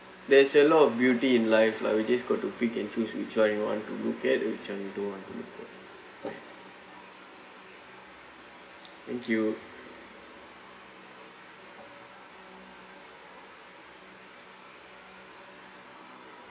there's a lot of beauty in life lah we just got to pick and choose which [one] you want to look at what one you don't want to thank you